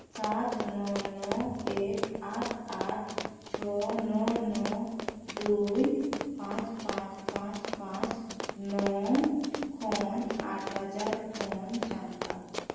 ᱥᱟᱛ ᱱᱚ ᱱᱚ ᱮᱹᱠ ᱟᱴ ᱟᱴ ᱪᱷᱚ ᱱᱚ ᱱᱚ ᱫᱩᱭ ᱯᱟᱸᱪ ᱯᱟᱸᱪ ᱯᱟᱸᱪ ᱯᱟᱸᱪ ᱱᱚ ᱠᱷᱚᱱ ᱟᱴ ᱦᱟᱡᱟᱨ ᱠᱷᱚᱱ ᱪᱟᱢᱯᱟ